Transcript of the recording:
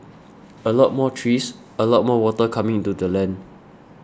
a lot more trees a lot more water coming into the land